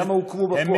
אבל כמה הוקמו בפועל?